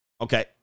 Okay